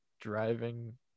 driving